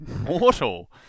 mortal